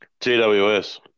GWS